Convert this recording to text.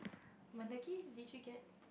Mendaki did you get